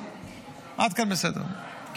עד כאן בסדר.